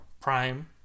Prime